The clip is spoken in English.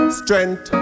strength